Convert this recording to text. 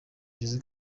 jose